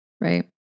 Right